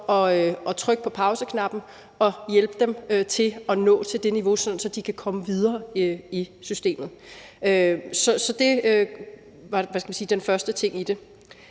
at trykke på pauseknappen og hjælpe dem til at nå til det niveau, sådan at de kan komme videre i systemet. Det var den første ting i det.